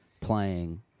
playing